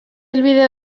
helbide